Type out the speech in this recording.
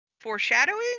foreshadowing